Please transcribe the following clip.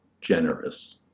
generous